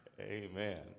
Amen